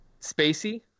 spacey